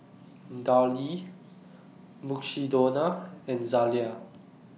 Darlie Mukshidonna and Zalia